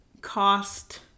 cost